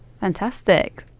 Fantastic